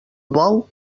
bou